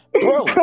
Bro